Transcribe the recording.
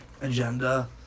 agenda